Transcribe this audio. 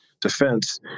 defense